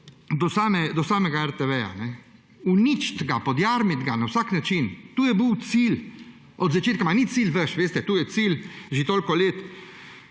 do samega RTV. Uničiti ga, podjarmiti ga na vsak način, to je bil cilj od začetka. Ma ni cilj vaš, veste, to je cilj že toliko let